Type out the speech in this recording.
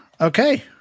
okay